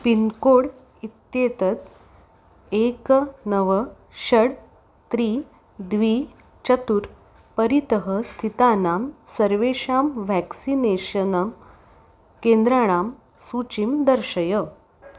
pincode इत्येतत् एकं नव षट् त्रीणि द्वे चतुर् परितः स्थितानां सर्वेषां व्याक्सिनेषन केन्द्राणां सूचीं दर्शय